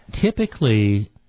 Typically